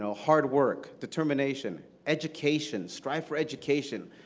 hard work, determination, education, strive for education,